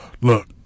Look